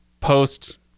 post